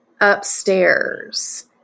upstairs